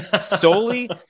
solely